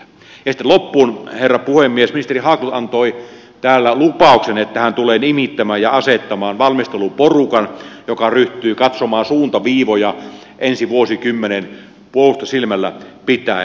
ja sitten loppuun herra puhemies ministeri haglund antoi täällä lupauksen että hän tulee nimittämään ja asettamaan valmisteluporukan joka ryhtyy katsomaan suuntaviivoja ensi vuosikymmenen puolustusta silmällä pitäen